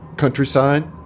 countryside